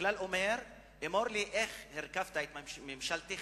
והכלל אומר: אמור לי איך הרכבת את ממשלתך,